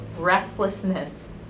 Restlessness